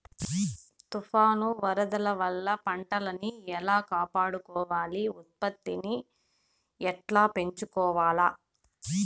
తుఫాను, వరదల వల్ల పంటలని ఎలా కాపాడుకోవాలి, ఉత్పత్తిని ఎట్లా పెంచుకోవాల?